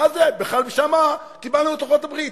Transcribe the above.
מה זה, בכלל שם קיבלנו את לוחות הברית.